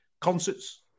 Concerts